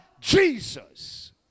Jesus